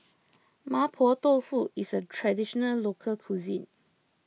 Mapo Tofu is a Traditional Local Cuisine